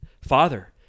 father